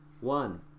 one